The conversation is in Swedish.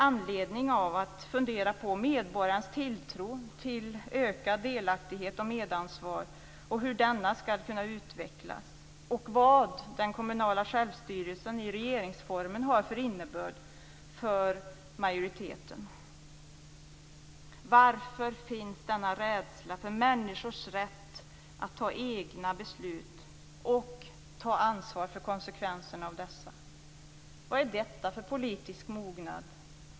Har de funderat på medborgarens tilltro till ökad delaktighet och medansvar och hur denna skall kunna utvecklas och vad den kommunala självstyrelsen i regeringsformen har för innebörd för majoriteten? Varför finns denna rädsla för människors rätt att fatta egna beslut och ta ansvar för konsekvenserna av dessa? Vad är detta för politisk mognad?